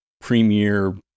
premiere